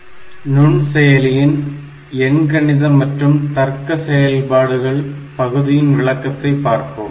எண்கணித மற்றும் தர்க்க செயல்பாடுகள் நுண்செயலியின் எண்கணித மற்றும் தர்க்க செயல்பாடுகள் பகுதியின் விளக்கத்தை பார்ப்போம்